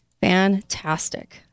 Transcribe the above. Fantastic